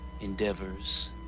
endeavors